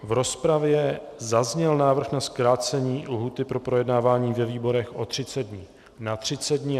V rozpravě zazněl návrh na zkrácení lhůty pro projednávání ve výborech o 30 dnů na 30 dnů.